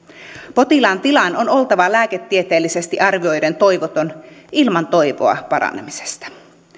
potilaan tilan on oltava lääketieteellisesti arvioiden toivoton ilman toivoa paranemisesta